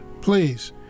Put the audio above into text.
Please